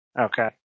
Okay